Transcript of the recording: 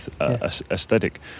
aesthetic